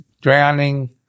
drowning